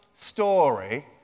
story